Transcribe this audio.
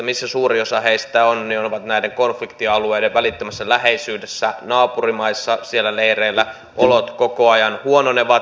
missä suurin osa heistä on niin näiden konfliktialueiden välittömässä läheisyydessä naapurimaissa siellä leireillä ja olot koko ajan huononevat